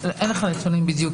אין לך נתונים.